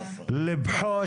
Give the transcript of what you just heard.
לבחוש,